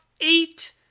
eight